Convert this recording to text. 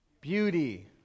beauty